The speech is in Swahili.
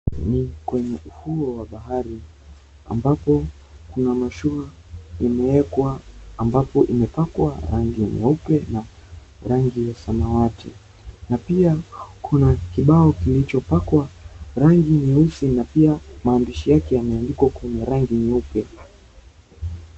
Ni kwenye ufuo wa bahari ambapo kuna mashua imeekwa ambapo imepakwa rangi ya nyeupe na rangi ya samawati na pia kuna kibao kilichopakwa rangi nyeusi na pia maandishi yake yameandikwa kwenye rangi nyeupe.